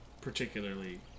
particularly